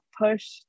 push